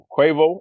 Quavo